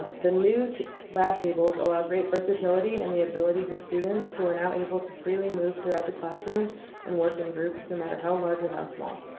the new lab tables allow great versatility and the abilities of students who are now able to freely move throughout the classroom and work in groups, no matter how large or how small.